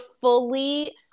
fully